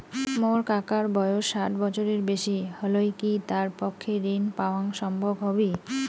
মোর কাকার বয়স ষাট বছরের বেশি হলই কি তার পক্ষে ঋণ পাওয়াং সম্ভব হবি?